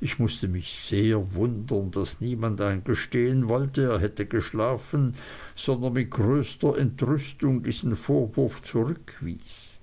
ich mußte mich sehr wundern daß niemand eingestehen wollte er hätte geschlafen sondern mit großer entrüstung diesen vorwurf zurückwies